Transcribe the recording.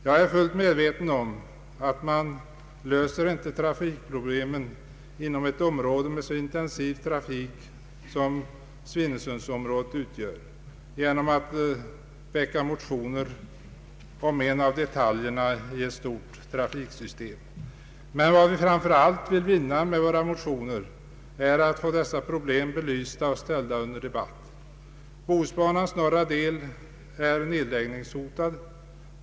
Jag är fullt medveten om att man inte löser trafikproblemen i ett område med så intensiv trafik som Svinesundsområdet genom att väcka motioner om en av detaljerna i ett stort trafiksystem. Men vad vi framför allt vill vinna med våra motioner är att få dessa problem belysta och ställda under debatt. Bohusbanans norra del är nedläggningshotad.